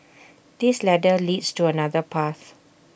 this ladder leads to another path